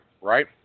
right